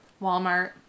Walmart